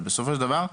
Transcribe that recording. אבל בסופו של דבר,